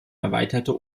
erweiterte